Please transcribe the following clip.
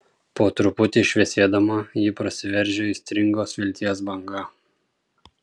po truputį šviesėdama ji prasiveržia aistringos vilties banga